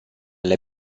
alle